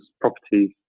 properties